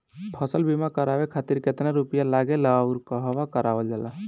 फसल बीमा करावे खातिर केतना रुपया लागेला अउर कहवा करावल जाला?